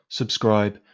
subscribe